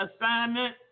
assignment